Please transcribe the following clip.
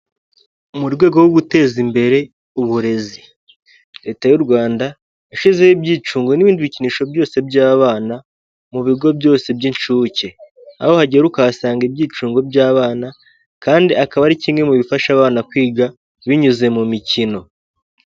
Ikimenyetso gisobanura aho imihanda ihurira, Ihurira ibumoso kikaba mw' ibara ry'umukara, umutuku ndetse n'umweru, kiba kiburira umuyobozi w'ikinyabiziga k' ibumoso bwiwe hashobora guturuka ikinyabiziga...